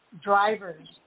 drivers